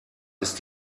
ist